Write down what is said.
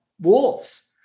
wolves